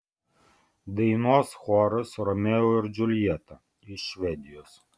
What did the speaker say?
dainuos choras romeo ir džiuljeta iš švedijos